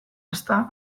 ezta